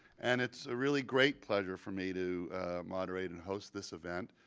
and it's a really great pleasure for me to moderate and host this event.